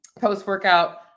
post-workout